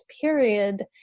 period